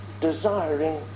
desiring